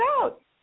out